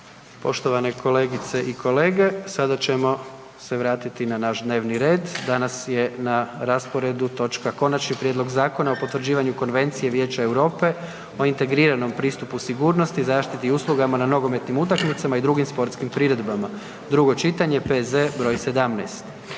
o ovoj točci, o njoj ćemo glasovati kad se steknu uvjeti. **Jandroković, Gordan (HDZ)** Konačni prijedlog Zakona o potvrđivanju Konvencije Vijeća Europe o integriranom pristupu sigurnosti, zaštiti i uslugama na nogometnim utakmicama i drugim sportskim priredbama, drugo čitanje, P.Z. br. 17.